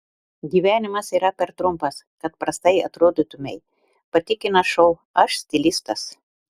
gyvenimas yra per trumpas kad prastai atrodytumei patikina šou aš stilistas